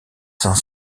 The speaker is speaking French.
saint